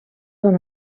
van